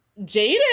Jaden